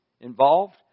involved